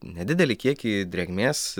nedidelį kiekį drėgmės